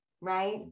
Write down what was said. right